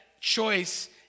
choice